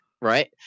Right